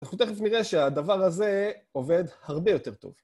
אנחנו תכף נראה שהדבר הזה עובד הרבה יותר טוב.